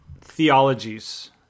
theologies